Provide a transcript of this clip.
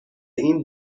این